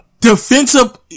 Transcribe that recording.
Defensive